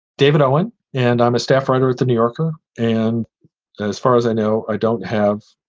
david owen and i'm a staff writer at the new yorker. and as far as i know, i don't have